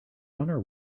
honor